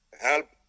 help